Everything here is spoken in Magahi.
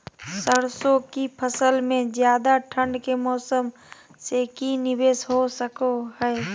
सरसों की फसल में ज्यादा ठंड के मौसम से की निवेस हो सको हय?